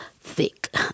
thick